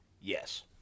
yes